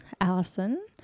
Allison